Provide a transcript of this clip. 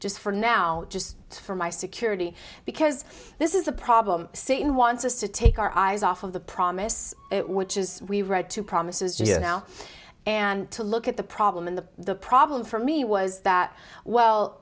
just for now just for my security because this is a problem seen wants us to take our eyes off of the promise which is we read two promises just now and to look at the problem in the problem for me was that well